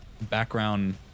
background